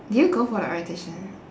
did you go for your orientation